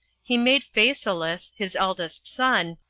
he made phasaelus, his eldest son,